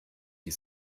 die